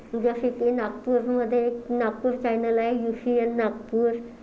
जसंकी नागपूरमध्ये नागपूर चॅनेल आहे U C N Nagpur